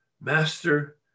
Master